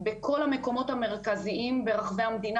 בכל המקומות המרכזיים ברחבי המדינה,